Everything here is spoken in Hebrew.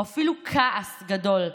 הוא אפילו כעס גדול.